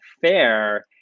fair